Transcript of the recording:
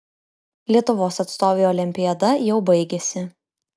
lietuvos atstovei olimpiada jau baigėsi